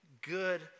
good